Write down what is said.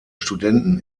studenten